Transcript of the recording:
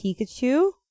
Pikachu